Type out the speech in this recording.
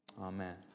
Amen